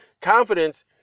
Confidence